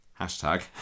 hashtag